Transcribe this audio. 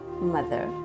mother